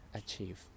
achieve